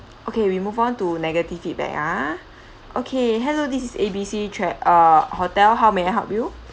okay we move on to negative feedback ah okay hello this is A B C tra~ uh hotel how may I help you